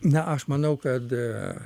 na aš manau kad